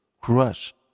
crush